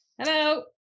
Hello